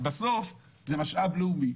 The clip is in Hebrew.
בסוף, זה משאב לאומי.